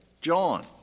John